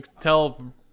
Tell